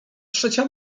trzecia